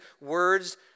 words